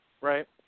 right